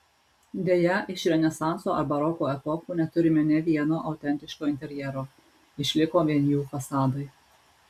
deja iš renesanso ar baroko epochų neturime nė vieno autentiško interjero išliko vien jų fasadai